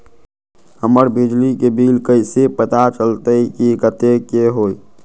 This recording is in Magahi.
हमर बिजली के बिल कैसे पता चलतै की कतेइक के होई?